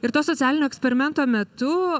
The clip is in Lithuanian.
ir to socialinio eksperimento metu